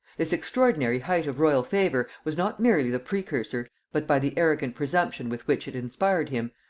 this extraordinary height of royal favor was not merely the precursor, but, by the arrogant presumption with which it inspired him,